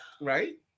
right